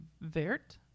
Vert